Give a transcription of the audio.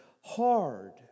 hard